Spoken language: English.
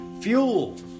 Fuel